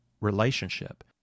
relationship